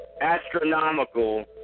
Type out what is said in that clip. astronomical